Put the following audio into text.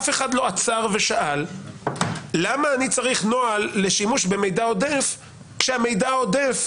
אף אחד לא עצר ושאל למה אני צריך נוהל לשימוש במידע עודף כשהמידע העודף